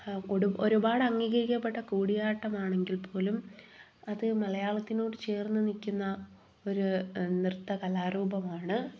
ഒടും ഒരുപാട് അംഗീകരിക്കപ്പെട്ട കൂടിയാട്ടം ആണെങ്കിൽ പോലും അത് മലയാളത്തിലോട്ട് ചേർന്ന് നിൽക്കുന്ന ഒരു നൃത്ത കലാരൂപമാണ്